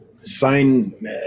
sign